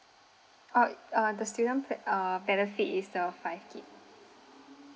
oh uh the student be~ uh benefit is the five G_B